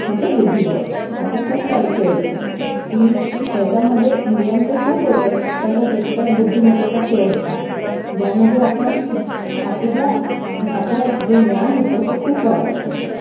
म्हणजे बुद्धिबळ असे खूप सारे खेळ होते की ज्याच्यामध्ये नियम तर खूप होते पण तो तितकाच बुद्धिमत्तेचा खेळ होता ज्यामध्ये आपण इ आपल्याला आपलं जे ज्ञान होतं ते खूप वाढायचं